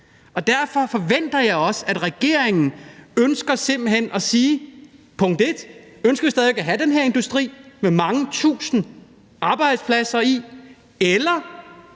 og derfor forventer jeg også, at regeringen siger: 1) Vi ønsker stadig væk at have den her industri med mange tusind arbejdspladser i, eller